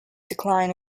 decline